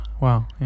Wow